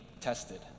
tested